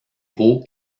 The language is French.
hauts